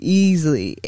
easily